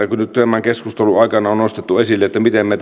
kun nyt tämän keskustelun aikana on nostettu esille että miten me